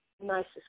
Nicest